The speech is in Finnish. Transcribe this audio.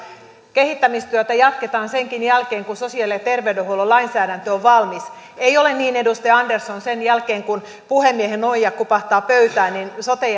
kehittämistyötä jatketaan senkin jälkeen kun sosiaali ja terveydenhuollon lainsäädäntö on valmis ei ole niin edustaja andersson että sen jälkeen kun puhemiehen nuija kopahtaa pöytään sote